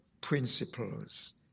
principles